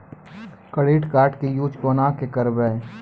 Credit card के use कोना के करबऽ?